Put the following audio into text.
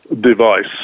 device